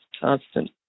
constant